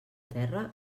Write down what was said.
terra